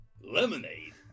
Lemonade